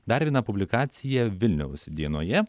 dar viena publikacija vilniaus dienoje